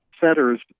centers